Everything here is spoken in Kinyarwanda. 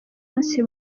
munsi